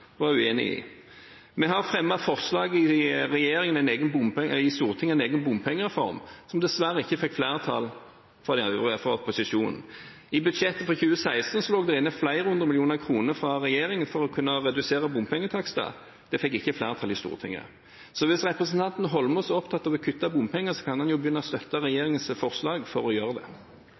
uenig i. Vi har fremmet forslag i Stortinget om en egen bompengereform, som dessverre ikke fikk flertall på grunn av opposisjonen. I budsjettet for 2016 lå det inne flere hundre millioner kroner fra regjeringen for å kunne redusere bompengetakster. Det fikk ikke flertall i Stortinget. Så hvis representanten Eidsvoll Holmås er opptatt av kutt i bompenger, kan han jo begynne med å støtte regjeringens forslag om det. Ingen smertegrense, altså. Ketil Solvik-Olsen klarer ikke å snakke seg unna det: